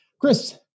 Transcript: Chris